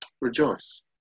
Rejoice